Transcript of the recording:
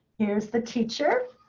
here's the teacher.